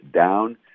down